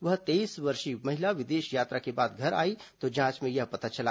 वह तेईस वर्षीय महिला विदेश यात्रा के बाद घर आई तो जांच में यह पता चला